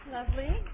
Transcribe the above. Lovely